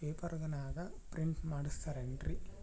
ಪೇಪರನಾಗ ಪ್ರಿಂಟ್ ಮಾಡಿಸ್ಯಾರೇನು?